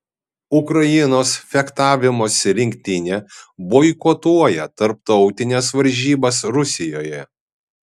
ukrainos fechtavimosi rinktinė boikotuoja tarptautines varžybas rusijoje